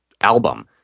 Album